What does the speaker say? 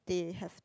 they have